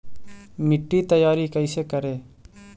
मिट्टी तैयारी कैसे करें?